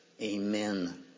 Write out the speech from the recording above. Amen